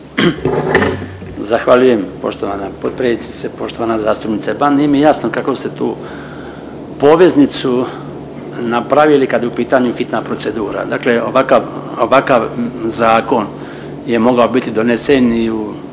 Zahvaljujem poštovana potpredsjednice. Poštovana zastupnice Ban, nije mi jasno kakvu ste tu poveznicu napravili kad je u pitanju hitna procedura. Dakle ovakav, ovakav zakon je mogao biti donesen i u